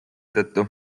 tõttu